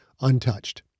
untouched